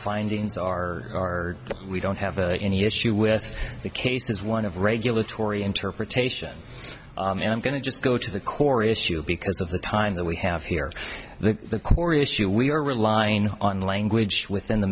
findings are we don't have any issue with the case is one of regulatory interpretation and i'm going to just go to the core issue because of the time that we have here the core issue we are relying on language within the